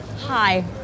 Hi